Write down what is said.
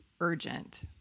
urgent